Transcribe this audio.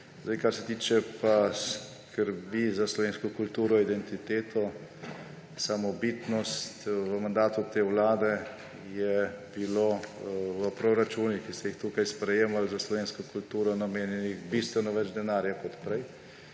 Kar se tiče skrbi za slovensko kulturno, identiteto, samobitnost, v mandatu te vlade je bilo v proračunih, ki ste jih tu sprejemali, za slovensko kulturo namenjenih bistveno več denarja kot prej,